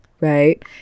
right